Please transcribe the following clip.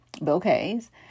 bouquets